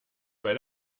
bei